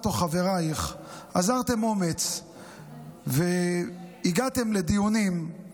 או חברייך אזרתם אומץ והגעתם לדיונים,